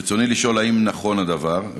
רצוני לשאול: 1. האם נכון הדבר?